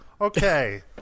Okay